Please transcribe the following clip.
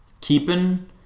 keeping